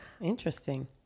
interesting